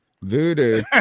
voodoo